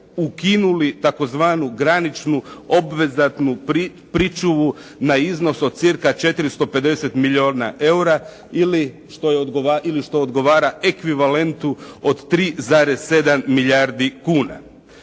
ukinuli tzv. graničnu obvezatnu pričuvu na iznos od cca 450 milijuna eura ili što ogovara ekvivalentu od 3,7 milijardi kuna.